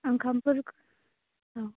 ओंखामफोरखौ ओं